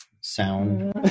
sound